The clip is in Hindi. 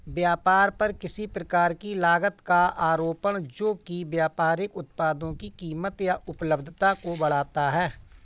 व्यापार पर किसी प्रकार की लागत का आरोपण जो कि व्यापारिक उत्पादों की कीमत या उपलब्धता को बढ़ाता है